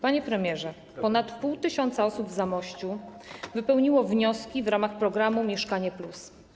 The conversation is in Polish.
Panie premierze, ponad pół tysiąca osób w Zamościu wypełniło wnioski w ramach programu „Mieszkanie+”